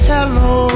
Hello